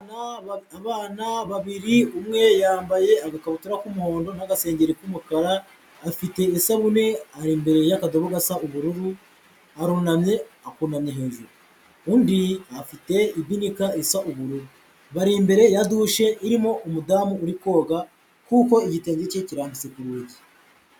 Abana babiri, umwe yambaye agakabutura k'umuhondo n'agasengeri k'umukara afite isabune ari imbere y'akadobo gasa ubururu arunamye akunamye hejuru, undi afite ibinika isa ubururu, bari imbere ya dushe irimo umudamu uri koga kuko igitenge cye kirambitse ku rugi.